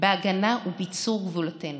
בהגנה ובביצור גבולותינו.